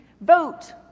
Vote